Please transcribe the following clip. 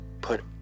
put